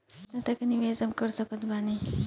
केतना तक के निवेश कम से कम मे हम कर सकत बानी?